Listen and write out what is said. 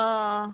অঁ অঁ